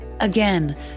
Again